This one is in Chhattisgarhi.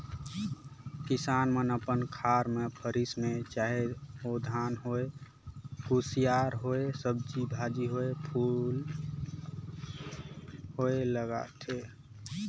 किसान मन अपन खार मे फसिल में चाहे ओ धान होए, कुसियार होए, सब्जी भाजी होए, फर फूल होए लगाथे